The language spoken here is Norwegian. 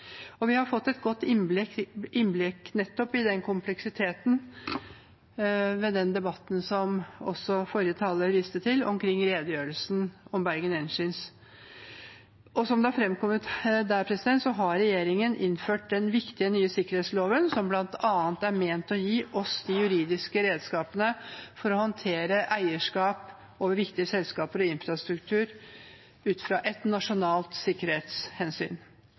Vi har fått et godt innblikk i nettopp den kompleksiteten ved debatten, som også forrige taler viste til, om redegjørelsen om Bergen Engines. Som det har fremkommet der, har regjeringen innført den viktige, nye sikkerhetsloven, som bl.a. er ment å gi oss de juridiske redskapene for å håndtere eierskap over viktige selskaper og infrastruktur ut fra et nasjonalt sikkerhetshensyn.